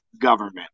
government